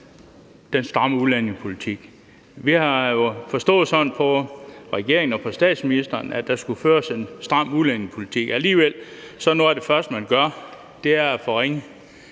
den stramme udlændingepolitik. Vi har jo forstået det sådan på regeringen og på statsministeren, at der skulle føres en stram udlændingepolitik. Alligevel er noget af det første, man gør, at forringe